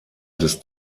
des